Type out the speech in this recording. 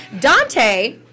Dante